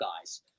guys